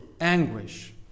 anguish